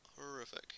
horrific